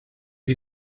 wie